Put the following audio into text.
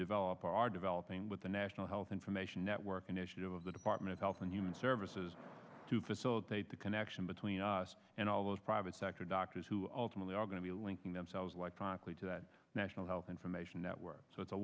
develop or are developing with the national health information network initiative of the department of health and human services to facilitate the connection between us and all those private sector doctors who ultimately are going to be linking themselves electronically to that national health information network so it's a